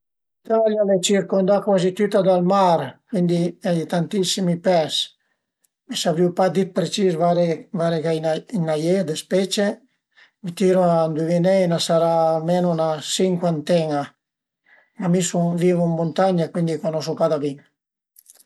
L'Italia al e circundà cuazi tüta dal mar, cuindi a ie tantissimi pes, mi savrìu pa di d'precis vaire vaire a i ën ie dë specie. Mi tiru a induviné, a i ën sarà almenu 'na sincuanten-a, ma mi sun vivu ën muntagna, cuindi cunosu pa da bin